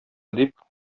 дип